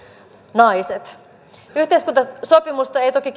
naiset yhteiskuntasopimusta ei toki